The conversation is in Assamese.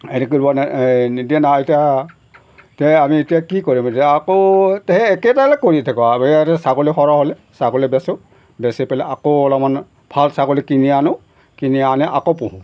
হেৰি কৰিব নাই নিদিয়ে নাই এতিয়া এতিয়া আমি এতিয়া কি কৰিম এতিয়া আকৌ তেহে একেটাকে কৰি থাকোঁ ছাগলী সৰহ হ'লে ছাগলী বেচোঁ বেচি পেলাই আকৌ অলপমান ভাল ছাগলী কিনি আনো কিনি আনে আকৌ পুহোঁ